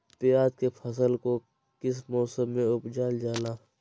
प्याज के फसल को किस मौसम में उपजल जाला?